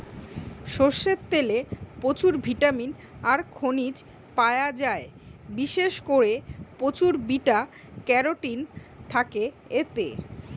সরষের তেলে প্রচুর ভিটামিন আর খনিজ পায়া যায়, বিশেষ কোরে প্রচুর বিটা ক্যারোটিন থাকে এতে